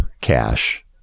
cash